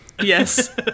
Yes